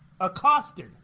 accosted